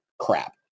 crap